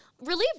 relieved